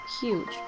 huge